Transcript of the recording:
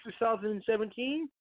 2017